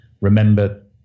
remember